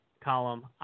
column